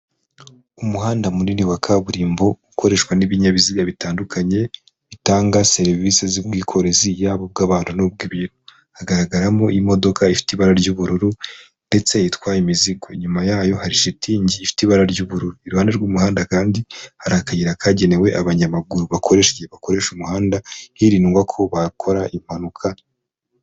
Umuhanda munini wa kaburimbo ukoreshwa n'ibinyabiziga bitandukanye bitanga serivisi z'ubwikorezi yaba ubw'abantu n'ubw'ibintu, hagaragaramo imodoka ifite ibara ry'ubururu ndetse itwaye imizigo, inyuma yayo hari shitingi ifite ibara ry'ubururu, iruhande rw'umuhanda kandi hari akayira kagenewe abanyamaguru bakoresha igi bakoresha umuhanda hirindwa ko bakora impanuka.